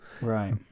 Right